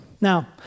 Now